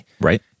Right